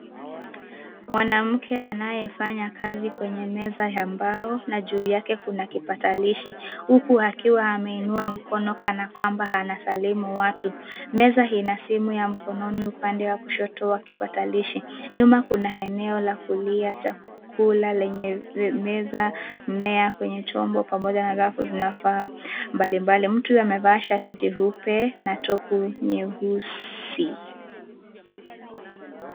Mwanamke anayefanya kazi kwenye meza ya mbao na juu yake kuna kipatalishi, huku akiwa ameinua mkono kana kwamba anasalimu watu. Meza ina simu ya mkononi kwa upande wa kushoto wa kipatilishi. Nyuma kuna eneo la kulia chakula lenye meza, mmea kwenye chombo pamoja na rafu zinafaa mbalimbali. Mtu amevaa shati jeupe na topu nyeusi.